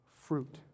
fruit